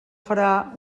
farà